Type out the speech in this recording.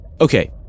Okay